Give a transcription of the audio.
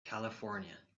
california